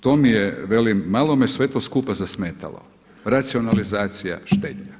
To mi je velim, malo me sve to skupa zasmetalo – racionalizacija, štednja.